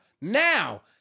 Now